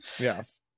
yes